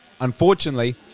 Unfortunately